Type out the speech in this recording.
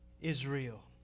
Israel